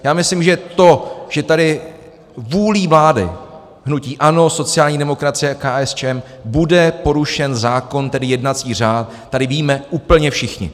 Já myslím, že to, že tady vůlí vlády hnutí ANO, sociální demokracie a KSČM bude porušen zákon, tedy jednací řád, tady víme úplně všichni.